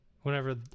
Whenever